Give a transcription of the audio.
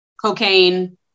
Cocaine